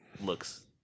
looks